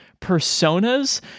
personas